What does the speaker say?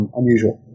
unusual